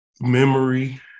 memory